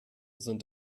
sind